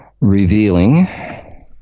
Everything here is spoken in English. revealing